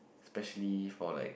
especially for like